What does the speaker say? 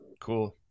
cool